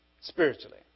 spiritually